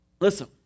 Listen